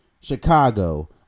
Chicago